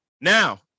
now